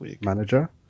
Manager